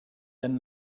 than